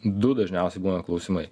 du dažniausi klausimai